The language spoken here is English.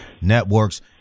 Networks